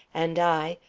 and i,